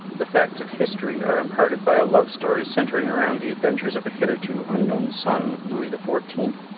the facts of history are imparted by a love story centering around the adventures of a hitherto unknown son of louis the fourteenth.